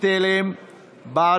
לימור מגן תלם ואלינה